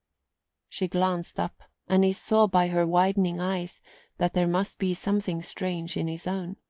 she glanced up, and he saw by her widening eyes that there must be something strange in his own.